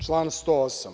Član 108.